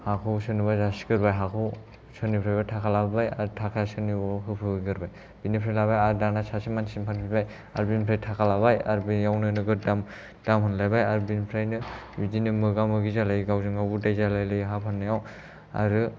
हाखौ सोरनोबा जासिग्रोबाय हाखौ सोरनिफ्रायबा थाखा लाबोबाय आरो थाखा सोरनिखौबा होफैग्रोबाय बिनिफ्राय लानानै आरो दाना सासे मानसिनो फानफिनबाय आरो बिनिफ्राय थाखा लाबाय आरो बेयावनो नोगोद दाम होनलायबाय आरो बिनिफ्रायनो बिदिनो मोगा मोगि जालायो गावजों गावबो दाय जालायो हा फाननायाव आरो